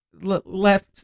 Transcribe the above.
left